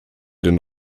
den